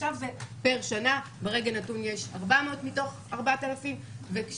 עכשיו זה פר שנה ברגע נתון יש 400 מתוך 4,000 ובנתונים